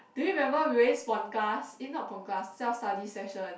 do you remember we always pon class eh not pon class self study session